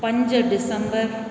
पंज डिसंबर